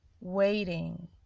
waiting